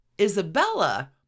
Isabella